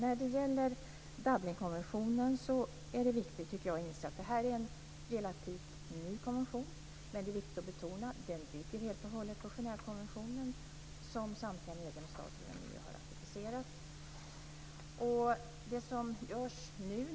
Fru talman! Det är viktigt att inse att Dublinkonventionen är en relativt ny konvention. Men det är viktigt att betona att den helt och hållet bygger på EU har ratificerat.